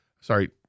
sorry